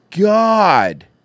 god